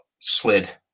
slid